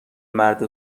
مرد